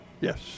Yes